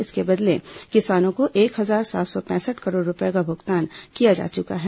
इसके बदले किसानों को एक हजार सात सौ पैंसठ करोड़ रूपए का भुगतान किया जा चुका है